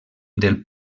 del